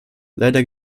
leider